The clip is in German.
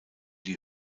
die